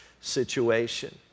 situation